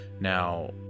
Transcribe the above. Now